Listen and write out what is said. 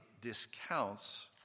discounts